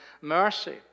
mercy